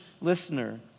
listener